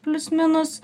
plius minus